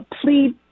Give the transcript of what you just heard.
plead